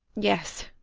yes,